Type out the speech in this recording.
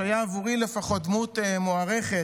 שהיה עבורי לפחות דמות מוערכת,